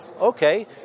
okay